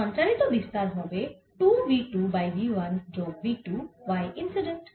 সঞ্চারিত বিস্তার হবে 2 v 2 বাই v 1 যোগ v 2 y ইন্সিডেন্ট